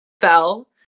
fell